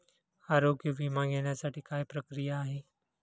आरोग्य विमा घेण्यासाठी काय प्रक्रिया आहे?